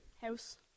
House